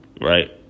right